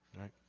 Right